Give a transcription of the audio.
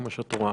כמו שאת רואה.